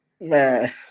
Man